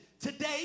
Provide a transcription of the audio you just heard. Today